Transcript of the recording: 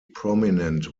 prominent